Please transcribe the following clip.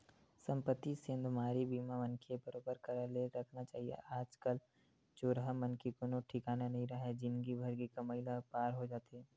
संपत्ति सेंधमारी बीमा मनखे बरोबर करा के रखना चाही आज कल चोरहा मन के कोनो ठिकाना नइ राहय जिनगी भर के कमई ह पार हो जाथे